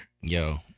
Yo